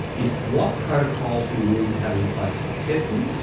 is what protocols do we need to have in place for testing,